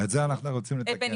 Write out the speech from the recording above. את זה אנחנו רוצים לתקן.